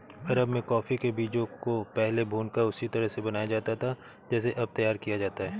अरब में कॉफी के बीजों को पहले भूनकर उसी तरह से बनाया जाता था जैसे अब तैयार किया जाता है